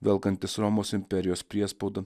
velkantis romos imperijos priespaudą